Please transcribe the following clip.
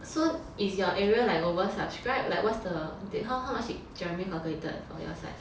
so is your area like over subscribed like what's the how how much did jeremy calculated for your side